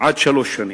עד שלוש שנים.